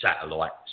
satellites